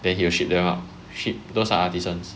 then he will ship them out ship those artisans